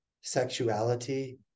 sexuality